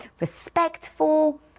respectful